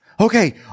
Okay